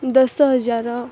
ଦଶ ହଜାର